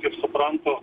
kaip suprantu